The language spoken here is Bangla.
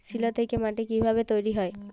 শিলা থেকে মাটি কিভাবে তৈরী হয়?